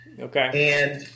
Okay